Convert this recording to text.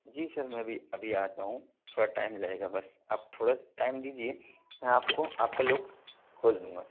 जी sir मैं भी अभी आता हूँ थोड़ा टाइम लगेगा बस आप थोड़ा टाइम दीजिए मैं आपको आपका लोक खोल दूँगा